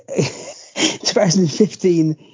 2015